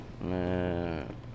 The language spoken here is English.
Man